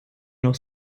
noch